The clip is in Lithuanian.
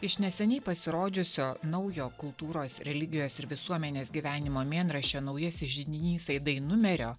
iš neseniai pasirodžiusio naujo kultūros religijos ir visuomenės gyvenimo mėnraščio naujasis židinys aidai numerio